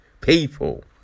People